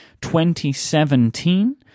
2017